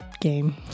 game